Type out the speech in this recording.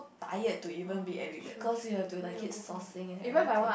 tired to even be addicted cause you have to like keep sourcing and everything